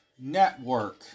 Network